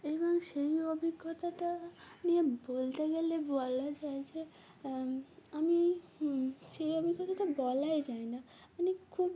এবং সেই অভিজ্ঞতাটা নিয়ে বলতে গেলে বলা যায় যে আমি সেই অভিজ্ঞতাটা বলাই যাই না মানে খুব